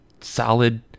solid